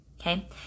Okay